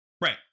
right